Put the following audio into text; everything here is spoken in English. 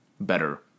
better